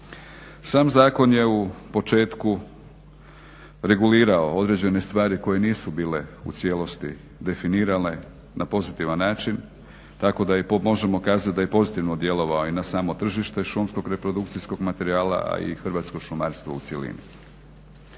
Sam zakon je u početku regulirao određene stvari koje nisu bile u cijelosti definirane na pozitivan način tako da možemo kazat da je pozitivno djelovao i na samo tržište šumskog reprodukcijskog materijala, a i hrvatsko šumarstvo u cjelini.